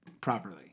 properly